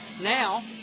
Now